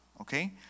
okay